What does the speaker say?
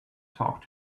talk